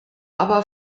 aber